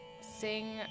sing